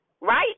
right